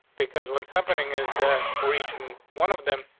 because what's happening is the four region one of them.